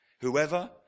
Whoever